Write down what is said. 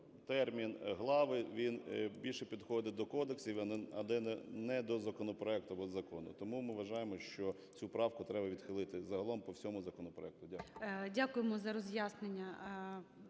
термін "глави" він більше підходить до кодексів, а не до законопроекту або закону. Тому ми вважаємо, що цю правку треба відхилити загалом по всьому законопроекту. Дякую.